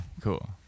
cool